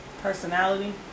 personality